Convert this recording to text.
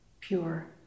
pure